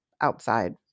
outside